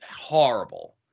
horrible